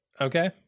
Okay